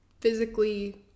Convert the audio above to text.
physically